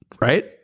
right